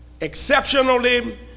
exceptionally